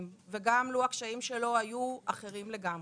וגם לו הקשיים שלו היו אחרים לגמרי,